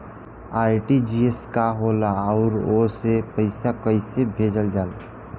RTGS का होला आउरओ से पईसा कइसे भेजल जला?